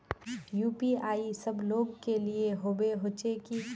UPI सब लोग के लिए होबे होचे की?